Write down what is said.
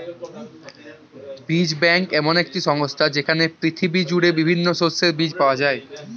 বীজ ব্যাংক এমন একটি সংস্থা যেইখানে পৃথিবী জুড়ে বিভিন্ন শস্যের বীজ পাওয়া যায়